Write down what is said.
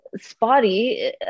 spotty